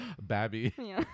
Babby